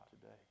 today